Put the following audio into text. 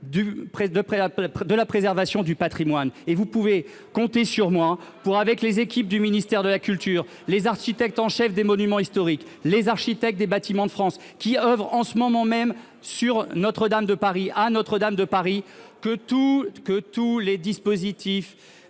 de la préservation du Patrimoine, et vous pouvez compter sur moi pour avec les équipes du ministère de la culture, les architectes en chef des monuments historiques, les architectes des Bâtiments de France qui oeuvrent en ce moment même sur Notre-Dame de Paris à Notre-Dame de Paris, que tout, que tous les dispositifs